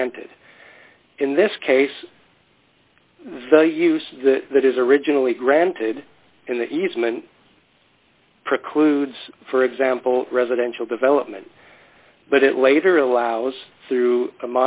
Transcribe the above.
granted in this case the use that is originally granted in the easement precludes for example residential development but it later allows through a